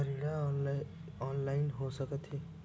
का ऋण ऑनलाइन हो सकत हे?